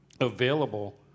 available